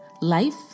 life